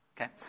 okay